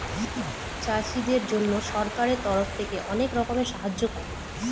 চাষীদের জন্য সরকারের তরফ থেকে অনেক রকমের সাহায্য পায়